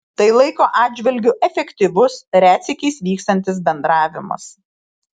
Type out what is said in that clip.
tai laiko atžvilgiu efektyvus retsykiais vykstantis bendravimas